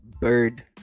bird